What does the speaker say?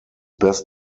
best